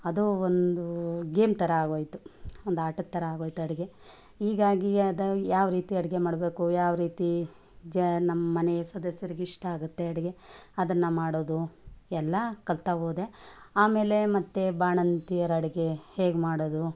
ಅದು ಒಂದು ಗೇಮ್ ಥರ ಆಗೋಯ್ತು ಒಂದು ಆಟದ ಥರ ಆಗೋಯ್ತು ಅಡುಗೆ ಹೀಗಾಗಿ ಅದು ಯಾವ ರೀತಿ ಅಡುಗೆ ಮಾಡಬೇಕು ಯಾವ ರೀತಿ ಜ ನಮ್ಮ ಮನೆ ಸದಸ್ಯರಿಗೆ ಇಷ್ಟ ಆಗುತ್ತೆ ಅಡುಗೆ ಅದನ್ನು ಮಾಡೋದು ಎಲ್ಲಾ ಕಲಿತಾ ಹೋದೆ ಆಮೇಲೆ ಮತ್ತೆ ಬಾಣಂತಿಯರ ಅಡುಗೆ ಹೇಗೆ ಮಾಡೋದು